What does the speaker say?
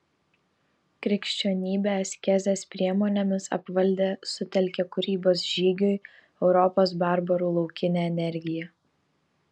krikščionybė askezės priemonėmis apvaldė sutelkė kūrybos žygiui europos barbarų laukinę energiją